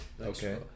okay